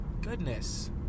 Goodness